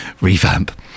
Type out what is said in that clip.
revamp